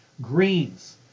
greens